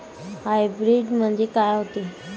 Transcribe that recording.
Hybrid म्हनजे का होते?